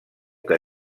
que